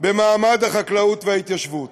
במעמד החקלאות וההתיישבות.